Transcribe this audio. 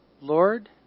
Lord